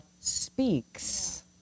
speaks